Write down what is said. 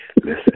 Listen